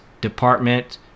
department